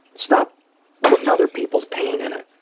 stop putting other peoples pain in it.